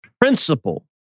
principle